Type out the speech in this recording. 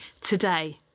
today